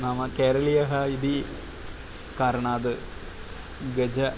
नाम केरलीयः इति कारणात् गजः